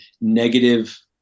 negative